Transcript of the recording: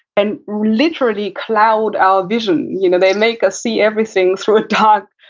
and literally cloud our vision. you know, they make us see everything through a dark,